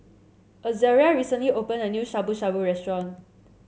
Azaria recently open a new Shabu Shabu Restaurant